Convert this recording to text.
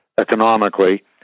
economically